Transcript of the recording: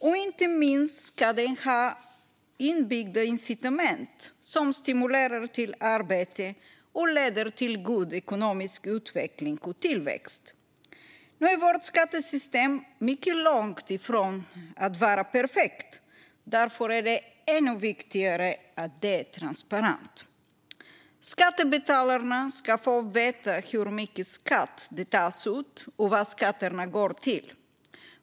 Och inte minst ska det ha inbyggda incitament som stimulerar till arbete och leder till god ekonomisk utveckling och tillväxt. Nu är vårt skattesystem mycket långt ifrån att vara perfekt; därför är det ännu viktigare att det är transparent. Skattebetalarna ska få veta hur mycket skatt som tas ut och vad skatterna går till.